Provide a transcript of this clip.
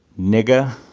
nigga,